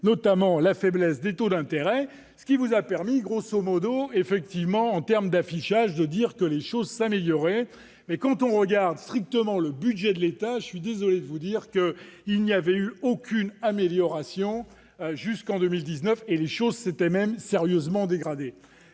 notamment à la faiblesse des taux d'intérêt, ce qui vous permettait,, en termes d'affichage, de dire que les choses s'amélioraient. Mais, à regarder strictement le budget de l'État, je suis désolé de vous dire qu'il n'y avait eu aucune amélioration jusqu'en 2019, et que les choses s'étaient même sérieusement dégradées.